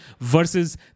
versus